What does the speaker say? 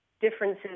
differences